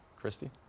christy